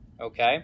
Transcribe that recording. okay